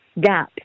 gap